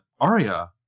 Arya